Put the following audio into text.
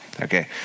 okay